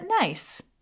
nice